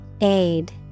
Aid